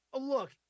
Look